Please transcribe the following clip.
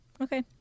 Okay